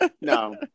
no